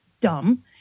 dumb